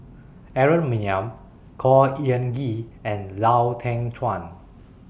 Aaron Maniam Khor Ean Ghee and Lau Teng Chuan